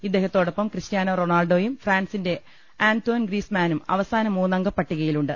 ഇദ്ദേഹത്തോടൊപ്പം Cristiano റൊണാൾഡോയും ഫ്രാൻസിന്റെ Antoine ഗ്രീസ്മാനും അവസാന മൂന്നംഗ പട്ടികയിലുണ്ട്